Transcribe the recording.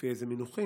לפי איזה מינוחים,